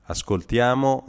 Ascoltiamo